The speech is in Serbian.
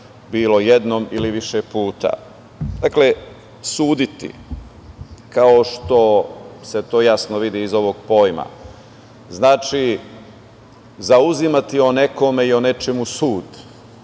bilo jednom ili više puta. Dakle, suditi, kao što se to jasno vidi iz ovog pojma, znači zauzimati o nekome i o nečemu sud,